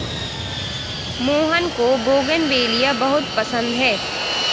मोहन को बोगनवेलिया बहुत पसंद है